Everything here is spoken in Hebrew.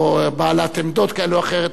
או בעלת עמדות כאלה או אחרות,